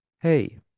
hey